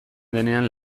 denean